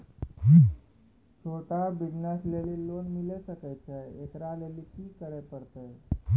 छोटा बिज़नस लेली लोन मिले सकय छै? एकरा लेली की करै परतै